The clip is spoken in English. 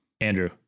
andrew